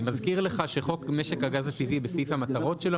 אני מזכיר לך שחוק משק הגז הטבעי בסעיף המטרות שלו